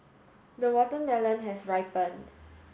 the watermelon has ripened